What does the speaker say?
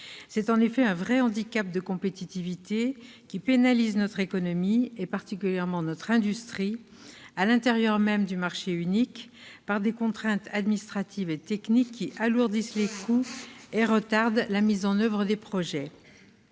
C'est en effet un vrai handicap de compétitivité qui pénalise notre économie, particulièrement notre industrie, à l'intérieur même du marché unique, par des contraintes administratives et techniques qui alourdissent les coûts et retardent la mise en oeuvre des projets.